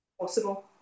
possible